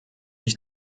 ich